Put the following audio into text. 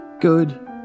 Good